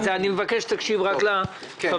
אני מבקש שתקשיב לחברים.